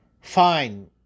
Fine